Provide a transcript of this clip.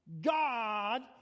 God